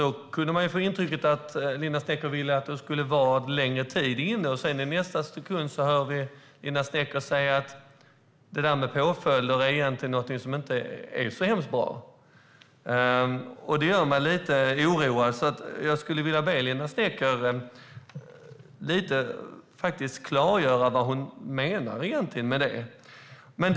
Då kunde man ju få intrycket att Linda Snecker ville att påföljderna skulle vara längre, men i nästa stund hör vi Linda Snecker säga att det där med påföljder egentligen inte är så hemskt bra. Det gör mig lite oroad, och jag skulle vilja be Linda Snecker klargöra vad hon egentligen menar med det.